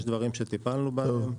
יש דברים שטיפלנו בהם,